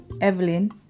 Evelyn